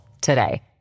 today